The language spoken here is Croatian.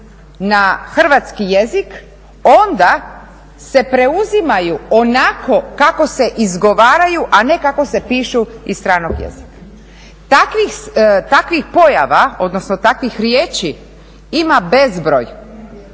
na hrvatski jezik onda se preuzimaju onako kako se izgovaraju a ne kako se pišu iz stranog jezika. Takvih pojava, odnosno takvih riječi ima bezbroj